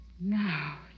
Now